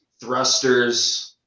thrusters